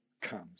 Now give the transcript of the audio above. comes